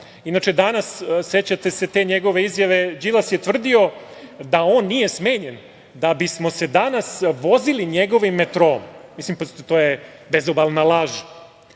metroa. Inače, sećate se te njegove izjave, Đilas je tvrdio da on nije smenjen da bismo se danas vozili njegovim metroom. Pazite, to je bezobalna laž.